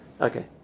Okay